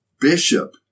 bishop